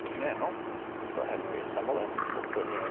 now let's go ahead and reassemble this. we'll put in